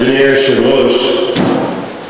אדוני היושב-ראש,